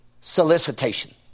solicitation